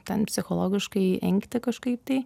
ten psichologiškai engti kažkaip tai